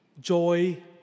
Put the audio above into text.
joy